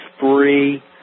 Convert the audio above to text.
free